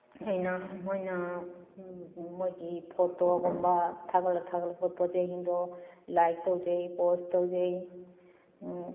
ꯑꯩꯅ ꯃꯣꯏꯅ ꯃꯣꯏꯒꯤ ꯐꯣꯇꯣ ꯒꯨꯝꯕ ꯊꯥꯒꯠꯂꯛ ꯊꯥꯒꯠꯂꯛꯄ ꯄꯣꯠꯆꯩꯁꯤꯡꯗꯣ ꯂꯥꯏꯛ ꯇꯧꯖꯩ ꯄꯣꯁ ꯇꯧꯖꯩ